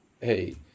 hey